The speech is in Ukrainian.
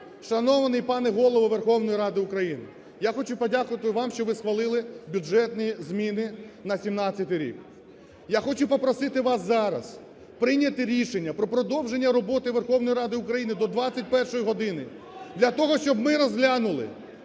Шановний пане Голово Верховної Ради України! Я хочу подякувати вам, що ви схвалили бюджетні зміни на 17-й рік. Я хочу попросити вас зараз прийняти рішення про продовження роботи Верховної Ради України до 21-ї години для того, щоб ми розглянули